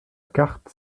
carte